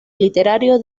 literario